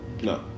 No